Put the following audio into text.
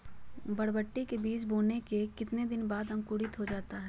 बरबटी के बीज बोने के कितने दिन बाद अंकुरित हो जाता है?